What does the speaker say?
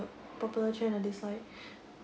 popular trend I dislike